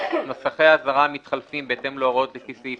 נוסחי האזהרה המתחלפים בהתאם להוראות לפי סעיף